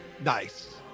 Nice